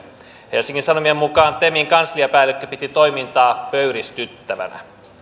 helsingin sanomien mukaan temin kansliapäällikkö piti toimintaa pöyristyttävänä